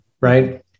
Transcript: Right